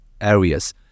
areas